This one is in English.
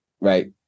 right